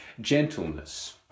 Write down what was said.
gentleness